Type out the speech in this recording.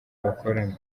bakorana